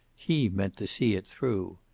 he meant to see it through.